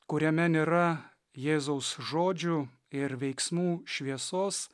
kuriame nėra jėzaus žodžių ir veiksmų šviesos